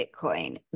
Bitcoin